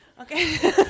Okay